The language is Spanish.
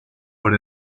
por